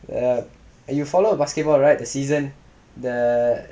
err you follow basketball right the season the